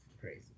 Crazy